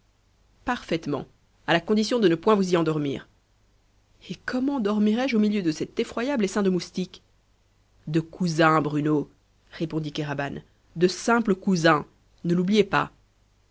parfaitement à la condition de ne point vous y endormir et comment dormirais je au milieu de cet effroyable essaim de moustiques de cousins bruno répondit kéraban de simples cousins ne l'oubliez pas